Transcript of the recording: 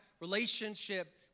relationship